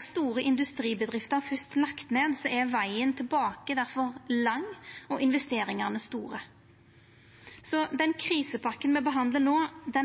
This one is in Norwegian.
store industribedrifter fyrst lagde ned, er vegen tilbake difor lang og investeringane store. Den krisepakka me behandlar no,